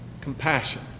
compassion